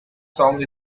song